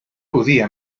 judía